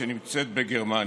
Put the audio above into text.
שנמצאת בגרמניה.